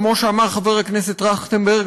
כמו שאמר חבר הכנסת טרכטנברג,